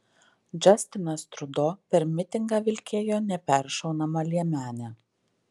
džastinas trudo per mitingą vilkėjo neperšaunamą liemenę